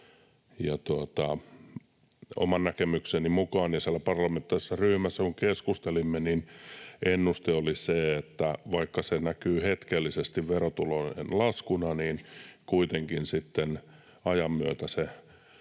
Oman näkemykseni mukaan on niin — ja kun siellä parlamentaarisessa ryhmässä keskustelimme, niin se oli ennuste — että vaikka se näkyy hetkellisesti verotulojen laskuna, niin kuitenkin sitten ajan myötä sen